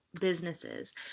businesses